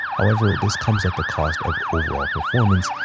however, this comes at the cost of overall performance,